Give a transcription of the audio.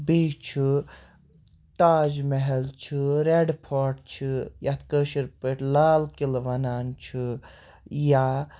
بیٚیہِ چھُ تاج محل چھُ ریٚڈ فورٹ چھُ یَتھ کٲشِرۍ پٲٹھۍ لال قِلعہٕ وَنان چھِ یا